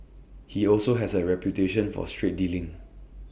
he also has A reputation for straight dealing